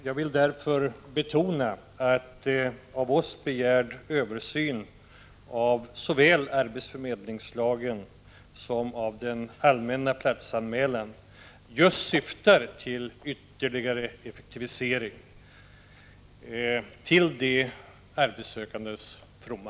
Jag vill därför betona att av oss begärd översyn av såväl arbetsförmedlingslagen som den allmänna platsanmälan syftar till just ytterligare effektivisering, till de arbetssökandes fromma.